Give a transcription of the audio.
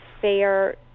fair